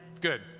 Good